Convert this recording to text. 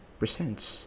presents